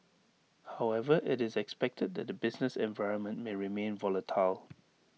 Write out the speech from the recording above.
however IT is expected that the business environment may remain volatile